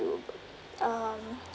um